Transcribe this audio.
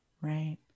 right